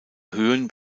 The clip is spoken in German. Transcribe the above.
höhen